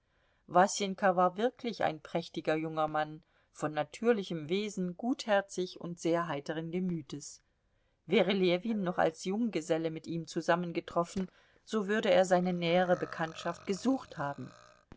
wasenka war wirklich ein prächtiger junger mann von natürlichem wesen gutherzig und sehr heiteren gemütes wäre ljewin noch als junggeselle mit ihm zusammengetroffen so würde er seine nähere bekanntschaft gesucht haben